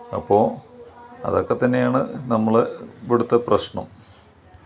അപ്പോൾ അതൊക്കെ തന്നെയാണ് നമ്മൾ ഇവിടുത്തെ പ്രശ്നം